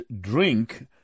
drink